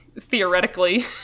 theoretically